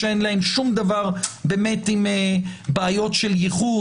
שאין להם שום דבר עם בעיות של ייחוד,